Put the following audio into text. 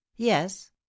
Yes